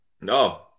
No